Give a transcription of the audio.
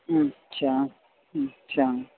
अछा अछा